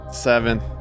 seven